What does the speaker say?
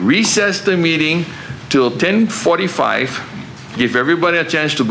recess the meeting till ten forty five give everybody a chance to